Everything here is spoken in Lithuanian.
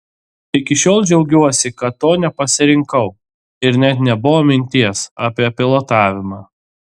iki šiol džiaugiuosi kad to nepasirinkau ir net nebuvo minties apie pilotavimą